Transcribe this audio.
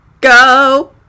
go